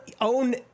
own